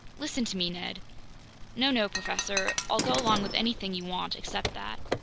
listen to me, ned no, no, professor. i'll go along with anything you want except that.